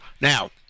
Now